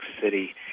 City